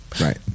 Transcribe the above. Right